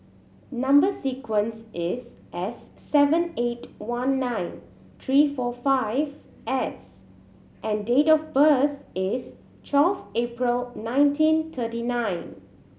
number sequence is S seven eight one nine three four five S and date of birth is twelve April nineteen thirty nine